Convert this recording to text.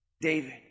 David